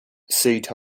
type